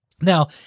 Now